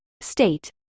state